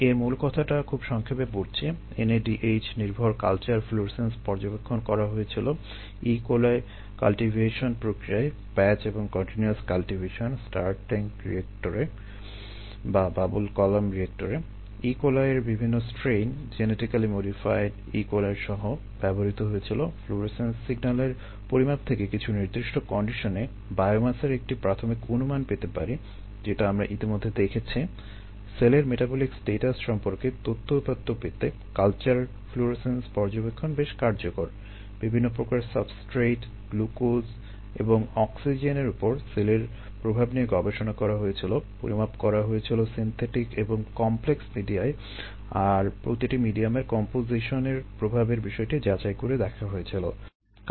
এর মূলকথাটা খুব সংক্ষেপে পড়ছি NADH নির্ভর কালচার ফ্লুরোসেন্স পর্যবেক্ষণ করা হয়েছিল E coli কাল্টিভেশন ব্যবহৃত হয় এবং সেলের স্ট্যাটাসের ব্যাপারে কিছু ধারণা দেয়